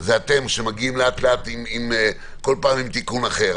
זה אתם, שמגיעים לאט-לאט כל פעם עם תיקון אחר.